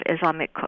Islamic